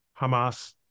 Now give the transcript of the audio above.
hamas